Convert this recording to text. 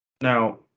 now